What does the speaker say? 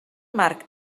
marc